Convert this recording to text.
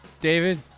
david